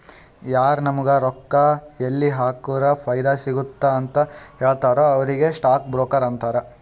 ಯಾರು ನಾಮುಗ್ ರೊಕ್ಕಾ ಎಲ್ಲಿ ಹಾಕುರ ಫೈದಾ ಸಿಗ್ತುದ ಅಂತ್ ಹೇಳ್ತಾರ ಅವ್ರಿಗ ಸ್ಟಾಕ್ ಬ್ರೋಕರ್ ಅಂತಾರ